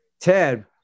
Ted